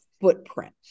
footprint